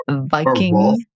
viking